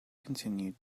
continued